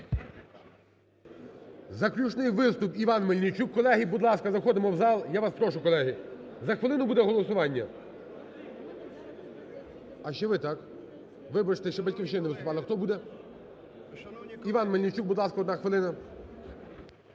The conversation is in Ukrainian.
Заключний виступ, Іван Мельничук. Колеги, будь ласка, заходимо у зал. Я вас прошу, колеги, за хвилину буде голосування. (Шум у залі) А, ще ви, так? Вибачте, ще "Батьківщина" не виступала. А хто буде? Іван Мельничук, будь ласка, одна хвилина.